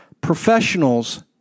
Professionals